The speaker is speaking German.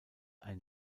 ein